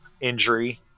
injury